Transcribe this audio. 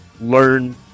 learn